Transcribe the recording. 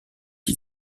qui